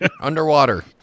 underwater